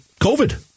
COVID